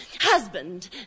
husband